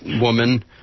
woman